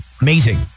amazing